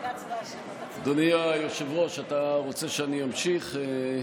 אדוני היושב-ראש, אתה רוצה שאני אמשיך?